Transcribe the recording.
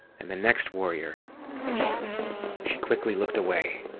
and the next warrior she quickly looked away,